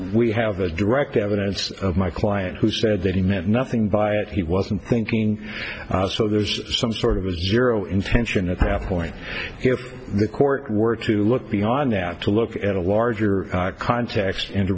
we have a direct evidence of my client who said that he meant nothing by it he wasn't thinking so there's some sort of zero intention at half point if the court were to look beyond that to look at a larger context and